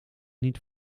niet